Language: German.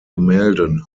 gemälden